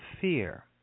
fear